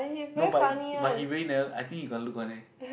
no but he but he really never I think he got look one leh